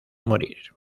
morir